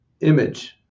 image